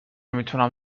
میتونم